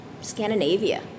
Scandinavia